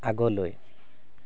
আগলৈ